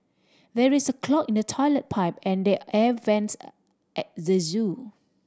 there is a clog in the toilet pipe and the air vents at the zoo